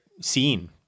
scene